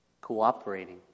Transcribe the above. cooperating